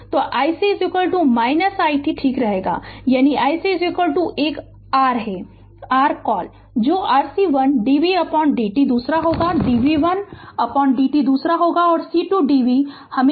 तो iC i t ठीक यानी iC एक r है कॉल है जो RC1 dv dt दूसरा होगा dv1 dt दूसरा होगा C2 dv अलग से करना होगा